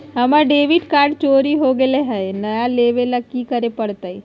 हमर debit card चोरी हो गेले हई, नया लेवे ल की करे पड़तई?